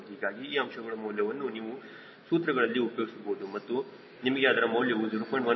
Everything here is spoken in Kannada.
ಹೀಗಾಗಿ ಈ ಅಂಶಗಳ ಮೌಲ್ಯವನ್ನು ನೀವು ಸೂತ್ರಗಳಲ್ಲಿ ಉಪಯೋಗಿಸಬಹುದು ಮತ್ತು ನಿಮಗೆ ಅದರ ಮೌಲ್ಯವು 0